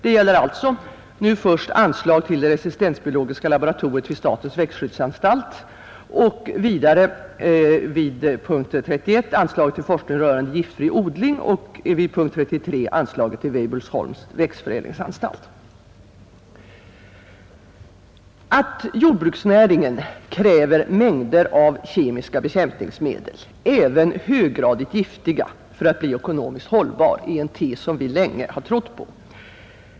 Det gäller alltså under punkten 24 anslag till det resistensbiologiska laboratoriet vid statens växtskyddsanstalt, under punkten 31 anslag till forskning rörande giftfri odling samt under punkten 33 anslag till Weibullsholms växtförädlingsanstalt. Att jordbruksnäringen kräver mängder av kemiska bekämpningsmedel, även höggradigt giftiga, för att bli ekonomiskt hållbar, är en tes som vi länge har trott på.